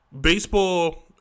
Baseball